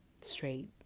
straight